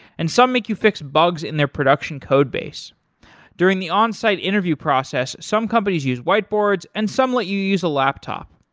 and some make you fix bugs in their production code base during the onsite interview process, some companies use whiteboards and some let you use laptop.